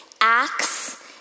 acts